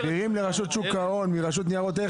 כשרשות ניירות ערך